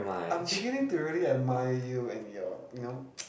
I'm beginning to really admire you and your you know